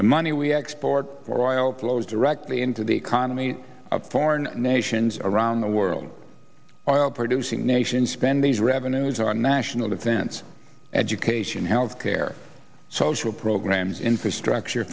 the money we export while flows directly into the economy of foreign nations around the world oil producing nations spend these revenues our national defense education health care social programs infrastructure